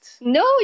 No